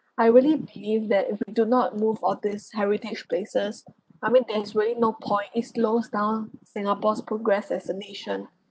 I really believe that if you do not move all these heritage places I mean there is really no point it slows down singapore's progress as a nation